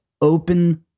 open